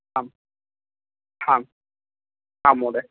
आम् आम् आम् महोदय